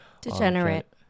Degenerate